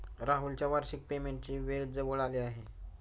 राहुलच्या वार्षिक पेमेंटची वेळ जवळ आली आहे